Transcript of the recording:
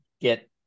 get